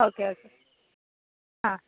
okay okay ആ